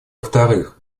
вторых